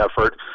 effort